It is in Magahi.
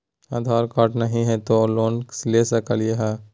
आधार कार्ड नही हय, तो लोन ले सकलिये है?